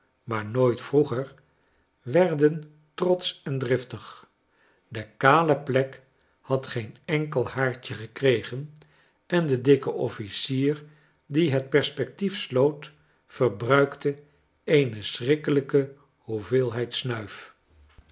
maar nooit vroeger werden trotsch en driftig de kale plek had geen enkel haartje gekregen en de dikke officier die het perspectief sloot verbruikte eene schrikkelijke hoeveelheid snuif